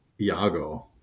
Iago